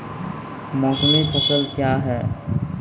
मौसमी फसल क्या हैं?